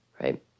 right